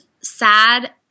sad